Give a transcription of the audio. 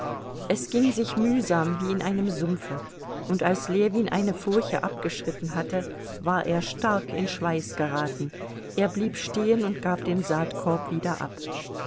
es ging sich mühsam wie in einem sumpfe und als ljewin eine furche abgeschritten hatte war er stark in schweiß geraten er blieb stehen und gab den saatkorb wieder ab